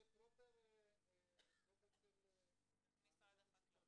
כאן זה פרופר של משרד החקלאות.